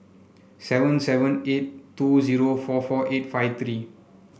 seven seven eight two zero four four eight five three